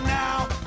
now